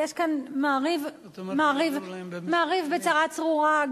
יש כאן "מעריב" בצרה צרורה.